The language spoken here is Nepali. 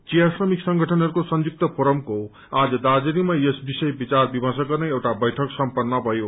चिया श्रमिक संगठनहरूको संयुक्त फोरमको आज दार्जीलिंगमा यस विषय विचार विर्मश गर्न एउटा बैइक सम्पन्न भयो